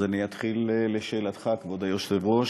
אז אני אתחיל בשאלתך, כבוד היושב-ראש.